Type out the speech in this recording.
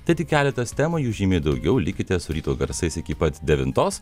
tai tik keletas temų jų žymiai daugiau likite su ryto garsais iki pat devintos